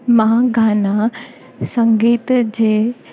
मां गाना संगीत जे